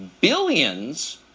billions